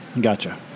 Gotcha